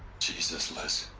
jesus, lis.